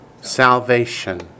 salvation